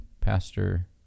Pastor